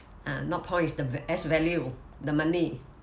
uh not points the S value the money